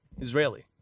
Israeli